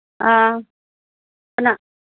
ꯑꯥ ꯀꯅꯥ